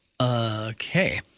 Okay